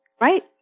right